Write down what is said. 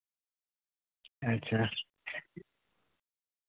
ᱟᱪᱪᱷᱟ